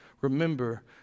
remember